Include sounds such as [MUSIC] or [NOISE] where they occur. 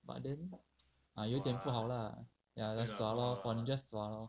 but then [NOISE] ah 有点不好 lah sua lor you just sua loh